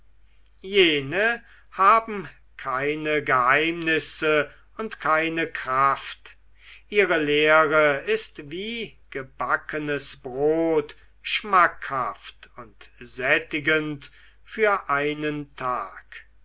jene haben keine geheimnisse und keine kraft ihre lehre ist wie gebackenes brot schmackhaft und sättigend für einen tag